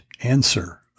answer